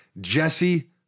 jesse